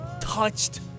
touched